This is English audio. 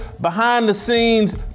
behind-the-scenes